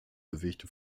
bewegt